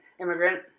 immigrant